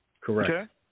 correct